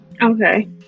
okay